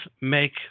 Make